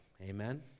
Amen